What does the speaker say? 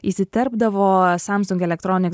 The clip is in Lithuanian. įsiterpdavo samsung electronics